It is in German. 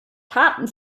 taten